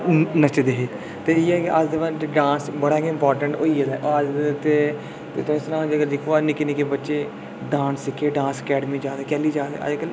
नच्चदे हे इ'यै गै कि अस डांस बड़ा गै इम्पॉर्टैंट होई गेदा ऐ अज्ज ते तुसें ई सनांऽ निक्के निक्के बच्चे डांस सिखदे डांस अकैडमी च जा दे कैह्ली जा दे अजकल